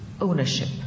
ownership